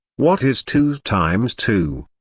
what is two times two?